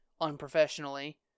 unprofessionally